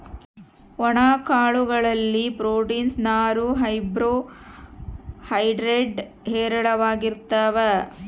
ಒಣ ಕಾಳು ಗಳಲ್ಲಿ ಪ್ರೋಟೀನ್ಸ್, ನಾರು, ಕಾರ್ಬೋ ಹೈಡ್ರೇಡ್ ಹೇರಳವಾಗಿರ್ತಾವ